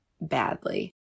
badly